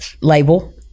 label